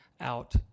out